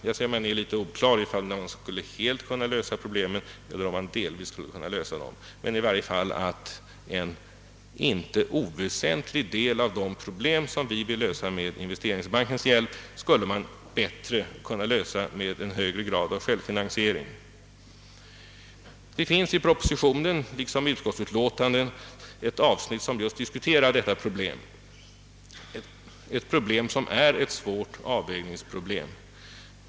Man uttrycker sig litet oklart om problemen skulle kunna lösas helt eller bara delvis, men i varje fall skulle man med en högre grad av självfinansiering kunna lösa en inte oväsentlig del av de problem som vi vill lösa med investeringsbanken. I propositionen liksom i utlåtandet finns ett avsnitt som tar upp just detta problem, som är ett svårt avvägningsproblem.